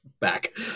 Back